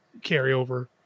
carryover